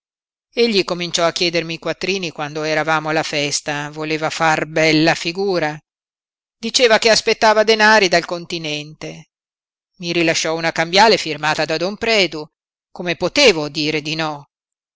egli cominciò a chiedermi i quattrini quando eravamo alla festa voleva far bella figura diceva che aspettava denari dal ontinente i rilasciò una cambiale firmata da don predu come potevo dire di no